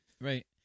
Right